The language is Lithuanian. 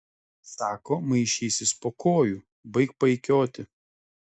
sako maišysis po kojų baik paikioti